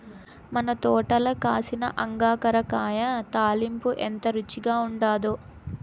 మన తోటల కాసిన అంగాకర కాయ తాలింపు ఎంత రుచిగా ఉండాదో